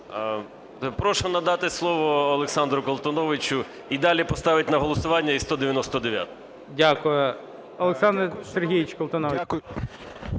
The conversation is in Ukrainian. Прошу надати слово Олександру Колтуновичу і далі поставити на голосування і 199-у. ГОЛОВУЮЧИЙ. Дякую. Олександр Сергійович Колтунович.